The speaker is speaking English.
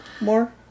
more